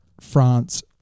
France